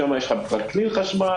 שם יש חנויות כמו טרקלין חשמל,